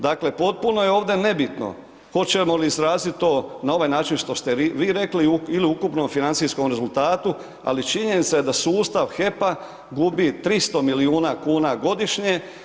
Dakle, potpuno je ovdje nebitno hoćemo li izraziti to na ovaj način što ste vi rekli ili ukupno u financijskom rezultatu, ali činjenica je da sustav HEP-a gubi 300 milijuna kuna godišnje.